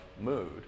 mood